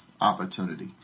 Opportunity